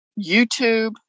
YouTube